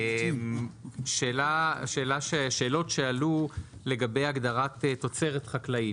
השאלות שעלו לגבי הגדרת תוצרת חקלאית,